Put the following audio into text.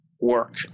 work